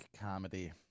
comedy